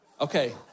Okay